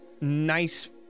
nice